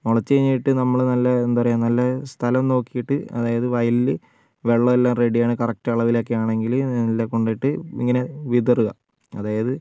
മുളച്ച് കഴിഞ്ഞിട്ട് നമ്മൾ നല്ല എന്താ പറയുക നല്ല സ്ഥലം നോക്കിയിട്ട് അതായത് വയലിൽ വെള്ളം എല്ലാം റെഡി ആണ് കറക്ട് അളവിൽ ഒക്കെ ആണെങ്കിൽ മെല്ലെ കൊണ്ടുപോയിട്ട് ഇങ്ങനെ വിതറുക അതായത്